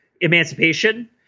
emancipation